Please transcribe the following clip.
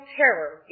terror